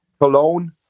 Cologne